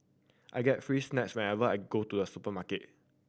I get free snacks whenever I go to the supermarket